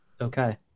Okay